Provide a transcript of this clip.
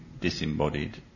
disembodied